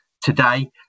today